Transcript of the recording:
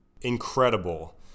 Incredible